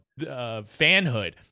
fanhood